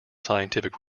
scientific